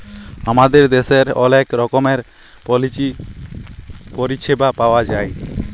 আমাদের দ্যাশের অলেক রকমের পলিচি পরিছেবা পাউয়া যায়